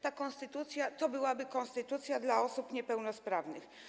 Ta konstytucja to byłaby konstytucja dla osób niepełnosprawnych.